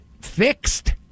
fixed